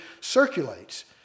circulates